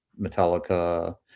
metallica